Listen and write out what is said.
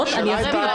כמובן.